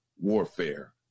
warfare